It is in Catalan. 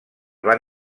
van